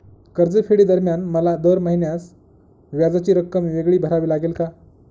कर्जफेडीदरम्यान मला दर महिन्यास व्याजाची रक्कम वेगळी भरावी लागेल का?